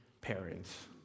parents